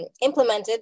implemented